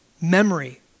memory